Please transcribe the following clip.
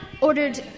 ordered